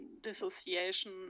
dissociation